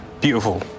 beautiful